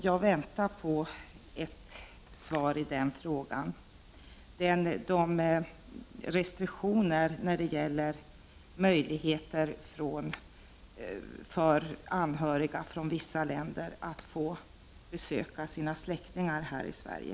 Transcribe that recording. Jag väntar på ett svar i fråga om restriktioner när det gäller möjligheter för anhöriga från vissa länder att besöka sina släktingar i Sverige.